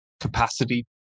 capacity